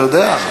אתה יודע.